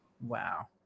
Wow